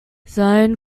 sine